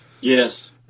Yes